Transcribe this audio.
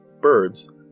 birds